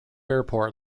airport